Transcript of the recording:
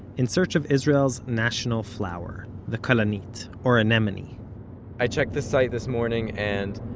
in search of israel's national flower the kalanit, or anemone i checked the site this morning, and